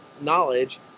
knowledge